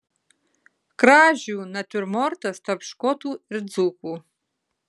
kražių natiurmortas tarp škotų ir dzūkų